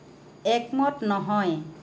একমত নহয়